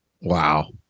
Wow